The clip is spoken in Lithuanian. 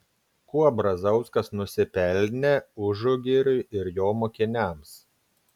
kuo brazauskas nusipelnė užugiriui ir jo mokiniams